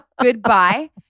Goodbye